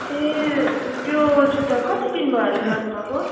ए त्यो जुत्ता कति दिन भयो होला लानुभएको